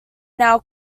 now